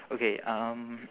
okay um